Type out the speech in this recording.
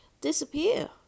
disappear